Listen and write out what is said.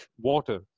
water